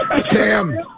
Sam